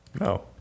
No